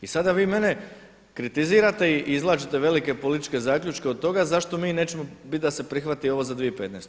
I sada vi mene kritizirate i izvlačite velike političke zaključke od toga zašto mi nećemo bit da se prihvati ovo za 2015.